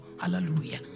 Hallelujah